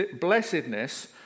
blessedness